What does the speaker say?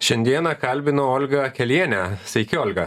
šiandieną kalbinu olga kelienę sveiki olga